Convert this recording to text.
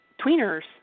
tweeners